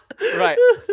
Right